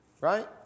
right